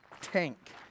tank